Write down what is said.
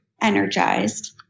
energized